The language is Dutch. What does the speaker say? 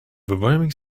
verwarming